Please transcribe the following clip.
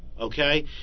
okay